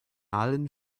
allen